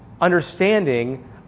understanding